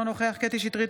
אינו נוכח קטי קטרין שטרית,